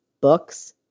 books